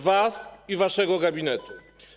Was i waszego gabinetu.